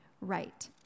right